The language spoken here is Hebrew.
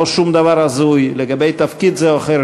לא שום דבר הזוי לגבי תפקיד זה או אחר,